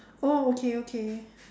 oh okay okay